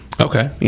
Okay